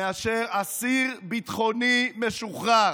מאשר אסיר ביטחוני משוחרר,